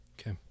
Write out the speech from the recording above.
Okay